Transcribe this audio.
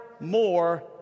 more